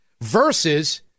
Versus